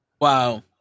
Wow